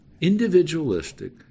individualistic